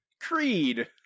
creed